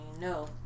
no